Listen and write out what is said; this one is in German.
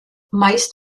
meist